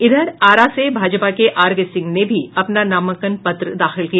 इधर आरा से भाजपा के आर के सिंह ने भी अपना नामांकन पत्र दाखिल किया